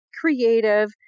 creative